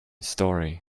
story